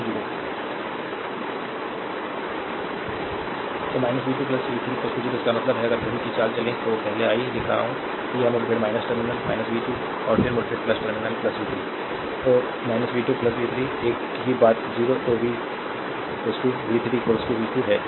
slide time देखें 2504 तो v 2 v 3 0 इसका मतलब है अगर घड़ी की चाल चलें तो पहले आई लिख रहा हूं कि यह मुठभेड़ है टर्मिनल वी २ और फिर मुठभेड़ टर्मिनल वी ३ तो v २ वी ३ एक ही बात 0 तो वी 3 वी 2 है